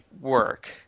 work